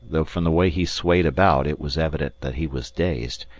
though from the way he swayed about it was evident that he was dazed,